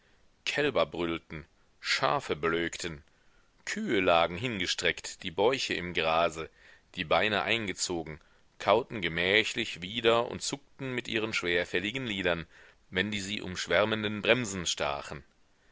kälber brüllten schafe blökten kühe lagen hingestreckt die bäuche im grase die beine eingezogen kauten gemächlich wieder und zuckten mit ihren schwerfälligen lidern wenn die sie umschwärmenden bremsen stachen